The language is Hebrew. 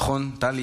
נכון, טלי?